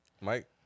Mike